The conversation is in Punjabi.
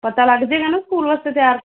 ਪਤਾ ਲੱਗ ਜਾਏਗਾ ਨਾ ਸਕੂਲ ਵਾਸਤੇ ਤਿਆਰ